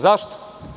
Zašto?